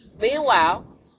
Meanwhile